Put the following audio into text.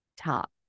top